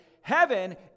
Heaven